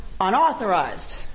unauthorized